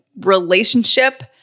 relationship